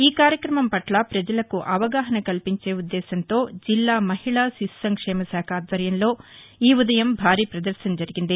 ఈ కార్యక్రమం పట్ల ప్రజలకు అవగాహన కల్పించే ఉద్దేశ్యంతో జిల్లా మహిళా శిశు సంక్షేమ శాఖ ఆధ్వర్యంలో ఈ ఉదయం భారీ ప్రదర్భన జరిగింది